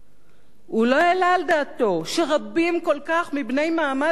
הוא לא העלה על דעתו שרבים כל כך מבני מעמד הביניים,